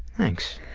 thanks.